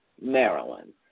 Maryland